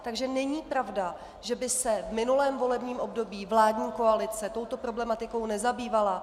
Takže není pravda, že by se v minulém volebním období vládní koalice touto problematikou nezabývala.